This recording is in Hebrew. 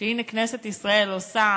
שכנסת ישראל עושה,